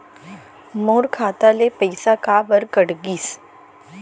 मोर खाता ले पइसा काबर कट गिस?